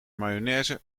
mayonaise